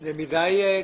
זה סכום גבוה